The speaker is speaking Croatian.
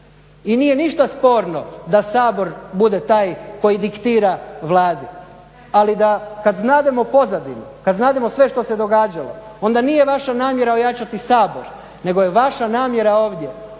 I nije ništa sporno da Sabor bude taj koji diktira Vladi, ali da kad znademo pozadinu, kad znademo sve što se događalo onda nije vaša namjera ojačati Sabor, nego je vaša namjera ovdje